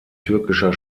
türkischer